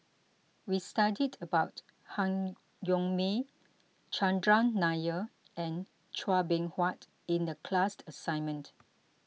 we studied about Han Yong May Chandran Nair and Chua Beng Huat in the class assignment